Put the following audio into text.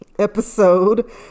episode